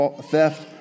theft